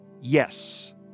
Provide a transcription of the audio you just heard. yes